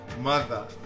mother